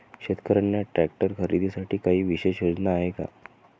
शेतकऱ्यांना ट्रॅक्टर खरीदीसाठी काही विशेष योजना आहे का?